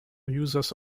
users